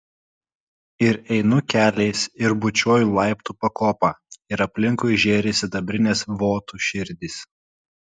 ir einu keliais ir bučiuoju laiptų pakopą ir aplinkui žėri sidabrinės votų širdys